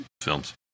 films